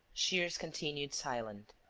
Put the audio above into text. shears continued silent.